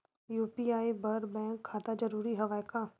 UPI बर bank खाता जरूरी हवय का?